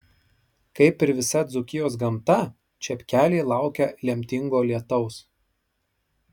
kaip ir visa dzūkijos gamta čepkeliai laukia lemtingo lietaus